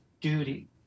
duty